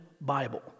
Bible